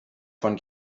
von